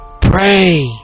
Pray